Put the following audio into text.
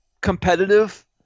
competitive